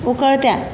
उकळत्या